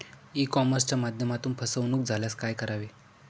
E कॉमर्सच्या माध्यमातून फसवणूक झाल्यास काय करावे?